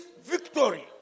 victory